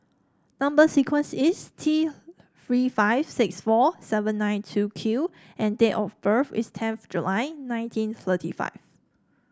number sequence is T Three five six four seven nine two Q and date of birth is tenth July nineteen thirty five